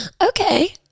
okay